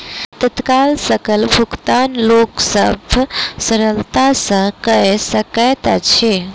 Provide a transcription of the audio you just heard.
तत्काल सकल भुगतान लोक सभ सरलता सॅ कअ सकैत अछि